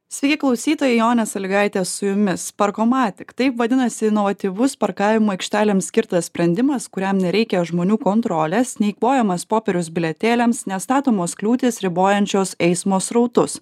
sveiki klausytojai jonė salygaitė su jumis parkomatic taip vadinasi inovatyvus parkavimo aikštelėms skirtas sprendimas kuriam nereikia žmonių kontrolės neeikvojamas popierius bilietėliams nestatomos kliūtys ribojančios eismo srautus